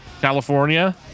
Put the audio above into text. California